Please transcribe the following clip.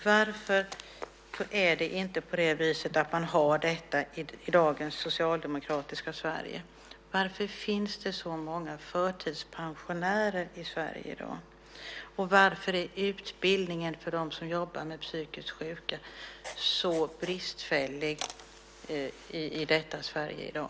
Varför har man inte det i dagens socialdemokratiska Sverige? Varför finns det så många förtidspensionärer i Sverige i dag? Och varför är utbildningen för dem som jobbar med psykiskt sjuka så bristfällig i Sverige i dag?